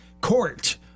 court